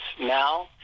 now